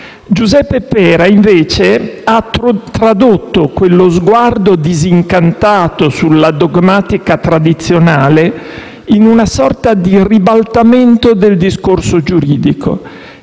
Giuseppe Pera ha invece tradotto quello sguardo disincantato sulla dogmatica tradizionale in una sorta di ribaltamento del discorso giuridico.